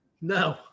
No